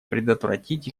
предотвратить